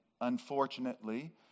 unfortunately